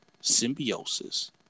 symbiosis